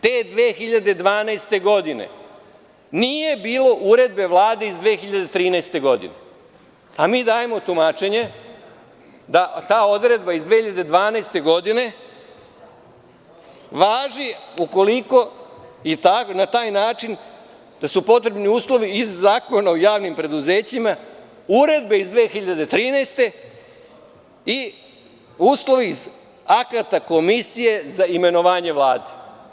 Te 2012. godine nije bilo uredbe Vlade iz 2013. godine, a mi dajemo tumačenje da ta odredba iz 2012. godine važi na taj način da su potrebni uslovi iz Zakona o javnim preduzećima, Uredbe iz 2013. godine i uslovi iz akata Komisije za imenovanje Vlade.